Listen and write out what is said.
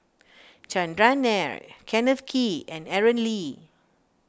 Chandran Nair Kenneth Kee and Aaron Lee